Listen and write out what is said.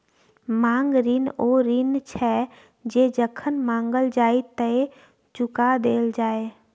मांग ऋण ओ ऋण छै जे जखन माँगल जाइ तए चुका देल जाय